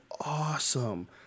awesome